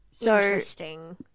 Interesting